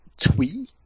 twee